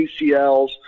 ACLs